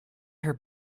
her